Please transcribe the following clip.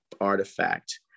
artifact